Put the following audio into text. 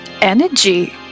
energy